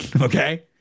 Okay